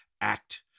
act